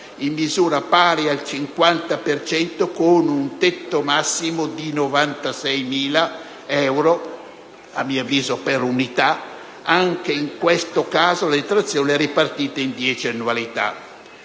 in misura pari al 50 per cento con un tetto massimo di 96.000 euro (a mio avviso per unità). Anche in questo caso la detrazione è ripartita in dieci annualità.